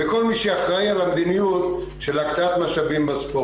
וכל מי שאחראי על המדיניות של הקצאת משאבים בספורט.